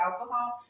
alcohol